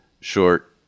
short